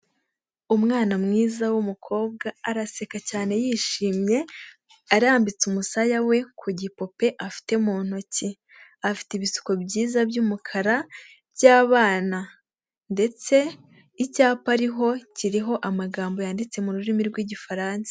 Umwana mwiza w'umukobwa araseka cyane yishimye arambitse umusaya we ku gipupe afite mu ntoki, afite ibisuko byiza by'umukara by'abana ndetse icyapa ariho kiriho amagambo yanditse mu rurimi rw'igifaransa.